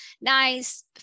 nice